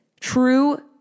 true